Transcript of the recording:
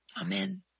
Amen